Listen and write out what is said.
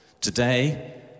Today